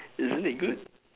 isn't it good